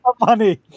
money